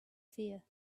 fear